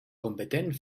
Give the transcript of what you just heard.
competent